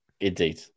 Indeed